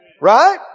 Right